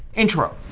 intro.